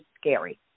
scary